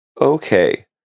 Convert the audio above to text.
Okay